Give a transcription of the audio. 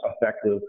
effective